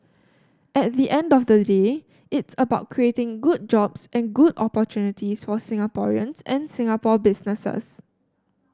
at the end of the day it's about creating good jobs and good opportunities for Singaporeans and Singapore businesses